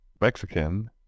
Mexican